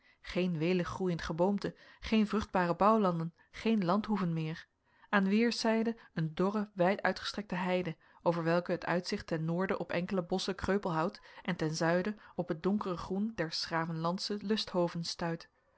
geen welig groeiend geboomte geen vruchtbare bouwlanden geen landhoeven meer aan weerszijden een dorre wijduitgestrekte heide over welke het uitzicht ten noorden op enkele bosschen kreupelhout en ten zuiden op het donkere groen der s gravenlandsche lusthoven